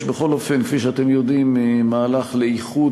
יש בכל אופן כפי שאתם יודעים מהלך לאיחוד,